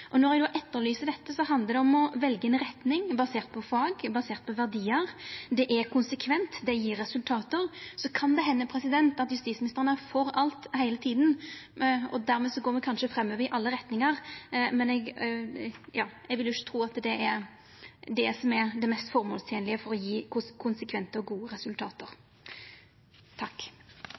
Når eg etterlyser dette, handlar det om å velja ei retning basert på fag, basert på verdiar. Det er konsekvent, det gjev resultat. Så kan det henda at justisministeren er for alt heile tida, og dermed går me kanskje framover i alle retningar, men eg vil ikkje tru at det er det som er det mest formålstenlege for å gje konsekvente og gode